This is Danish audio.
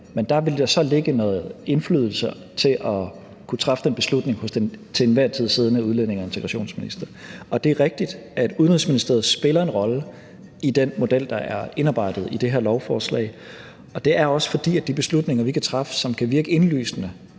men der vil der så ligge noget indflydelse til at kunne træffe den beslutning hos den til enhver tid siddende udlændinge- og integrationsminister. Det er rigtigt, at Udenrigsministeriet spiller en rolle i den model, der er indarbejdet i det her lovforslag, og det er også, fordi de beslutninger, vi kan træffe, som kan virke indlysende